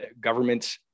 government